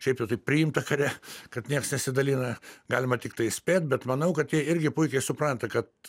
šiaip jau taip priimta kare kad nieks nesidalina galima tiktai spėt bet manau kad jie irgi puikiai supranta kad